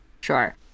Sure